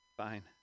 Fine